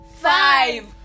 five